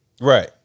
right